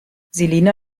selina